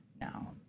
now